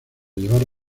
llevar